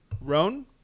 Roan